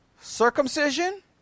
circumcision